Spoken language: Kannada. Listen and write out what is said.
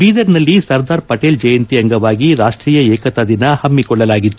ಬೀದರ್ಲ್ಲಿ ಸರ್ದಾರ್ ಪಟೇಲ್ ಜಯಂತಿ ಅಂಗವಾಗಿ ರಾಷ್ಷೀಯ ಏಕತಾ ದಿನ ಹಮ್ಮಿಕೊಳ್ಳಲಾಗಿತ್ತು